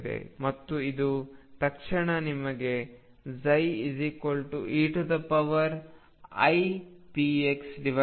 ಮತ್ತು ಇದು ತಕ್ಷಣ ನಿಮಗೆ ψeipx ಅನ್ನು ನೀಡುತ್ತದೆ